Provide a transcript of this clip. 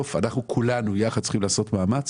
אנחנו כולנו יחד צריכים לעשות מאמץ